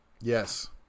yes